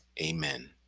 Amen